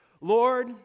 Lord